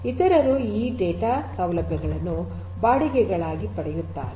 ಇತರರು ಈ data centre ಸೌಲಭ್ಯಗಳನ್ನು ಬಾಡಿಗೆಗೆ ಪಡೆಯುತ್ತಾರೆ